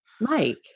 Mike